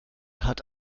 hat